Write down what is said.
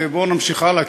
ובוא נמשיך הלאה,